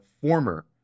former